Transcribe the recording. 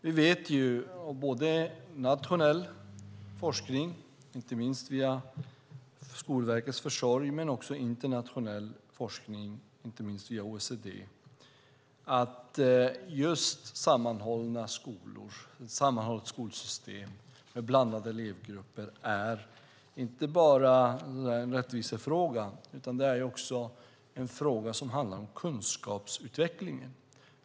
Vi vet genom nationell forskning, inte minst via Skolverkets försorg, men också genom internationell forskning, inte minst via OECD, att just sammanhållna skolor och ett sammanhållet skolsystem med blandade elevgrupper är inte bara en rättvisefråga utan också en fråga som handlar om kunskapsutvecklingen.